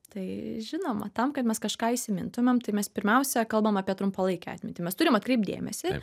tai žinoma tam kad mes kažką įsimintumėm tai mes pirmiausia kalbam apie trumpalaikę atmintį mes turime atkreipti dėmesį